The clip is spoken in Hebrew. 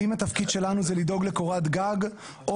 האם התפקיד שלנו זה לדאוג לקורת גג או